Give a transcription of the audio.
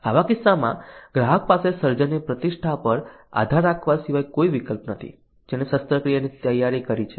આવા કિસ્સાઓમાં ગ્રાહક પાસે સર્જનની પ્રતિષ્ઠા પર આધાર રાખવા સિવાય કોઈ વિકલ્પ નથી જેણે શસ્ત્રક્રિયાની તૈયારી કરી છે